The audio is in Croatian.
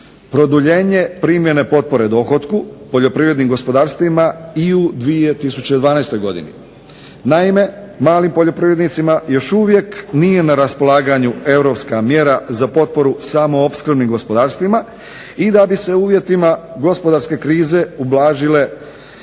produljenje primjene potpore dohotku poljoprivrednim gospodarstvima i u 2012. godine. Naime, malim poljoprivrednicima još uvije nije na raspolaganju europska mjera za potporu samo opskrbnim gospodarstvima i da bi se u uvjetima gospodarske krize ublažile